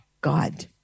God